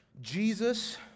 Jesus